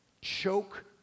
choke